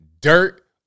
dirt